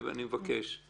אני מבקש.